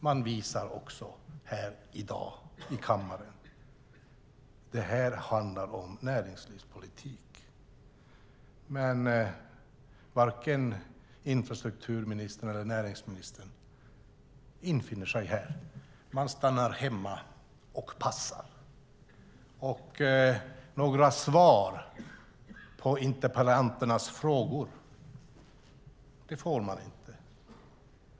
Man visar också här i dag i kammaren att detta handlar om näringslivspolitik. Varken infrastrukturministern eller näringsministern infinner sig dock här, utan man stannar hemma och passar. Några svar på interpellanternas frågor får man inte.